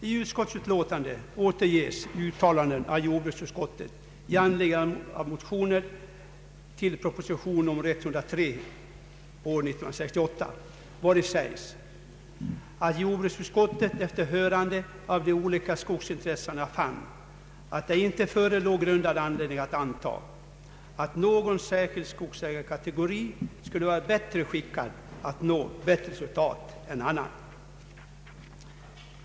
I utskottsutlåtandet återges uttalanden av jordbruksutskottet i anledning av motioner till proposition nr 103 av år 1968 vari sägs, att jordbruksutskottet efter hörande av de olika skogsintressena fann att det inte förelåg grundad anledning anta att någon särskild skogsägarkategori skulle vara bättre skickad att nå bättre resultat än annan.